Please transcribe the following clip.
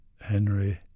Henry